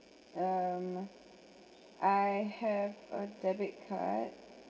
um I have a debit card